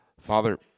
Father